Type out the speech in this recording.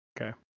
Okay